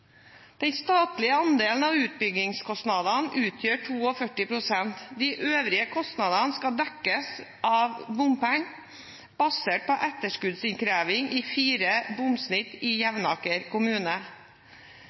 Den statlige andelen av utbyggingskostnadene utgjør 42 pst. De øvrige kostnadene skal dekkes av bompenger basert på etterskuddsinnkreving i fire bomsnitt i